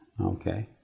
Okay